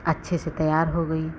अच्छे से तैयार हो गई